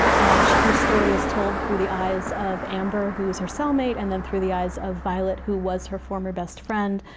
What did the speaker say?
um and so her story is told through the eyes of amber, who's her cell mate, and then through the eyes of violet, who was her former best friend.